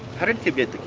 how did cib get the keys?